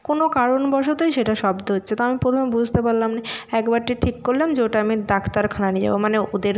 কোনো কারণবশতই সেটা শব্দ হচ্ছে তা আমি প্রথমে বুঝতে পারলাম না একবারটি ঠিক করলাম যে ওটা আমি ডাক্তারখানা নিয়ে যাবো মানে ওদের